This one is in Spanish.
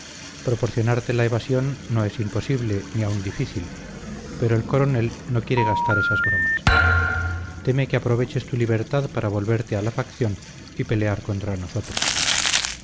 proporcionarte la evasión no es imposible ni aun difícil pero el coronel no quiere gastar esas bromas teme que aproveches tu libertad para volverte a la facción y pelear contra nosotros